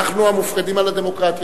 אנחנו המופקדים על הדמוקרטיה.